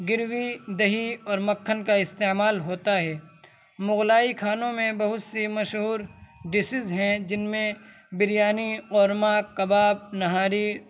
گروی دہی اور مکھن کا استعمال ہوتا ہے مغلائی کھانوں میں بہت سی مشہور ڈشز ہیں جن میں بریانی قورما کباب نہاری